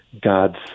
God's